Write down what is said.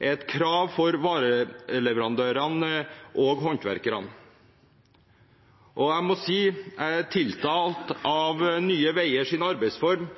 er et krav for vareleverandørene og håndverkerne. Jeg må si at Nye Veiers arbeidsform tiltaler meg når de påpeker for høye kostnader på et veiprosjekt i forhold til samfunnsnytten. Samtidig er